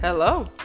Hello